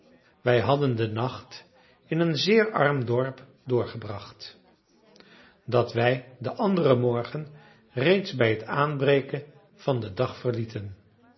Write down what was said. wij hadden den nacht in een zeer arm dorp doorgebracht dat wij den anderen morgen reeds bij het aanbreken van den dag verlieten